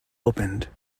opened